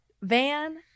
Van